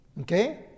Okay